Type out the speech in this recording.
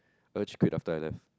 urge quit after I left